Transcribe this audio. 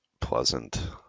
pleasant